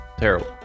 Terrible